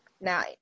Now